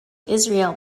israel